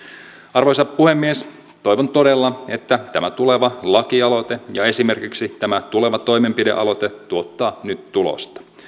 arvoisa puhemies toivon todella että tämä tuleva lakialoite ja esimerkiksi tämä tuleva toimenpidealoite tuottavat nyt tulosta